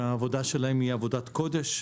והעבודה שלהם היא עבודת קודש,